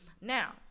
Now